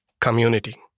community